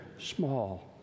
small